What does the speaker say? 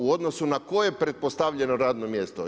U odnosu na koje pretpostavljeno radno mjesto?